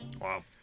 Wow